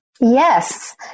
Yes